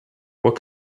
what